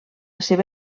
seva